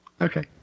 Okay